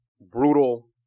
brutal